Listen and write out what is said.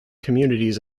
communities